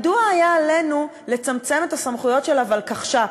מדוע היה עלינו לצמצם את הסמכויות של הוולקחש"פ,